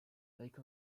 lake